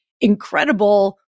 incredible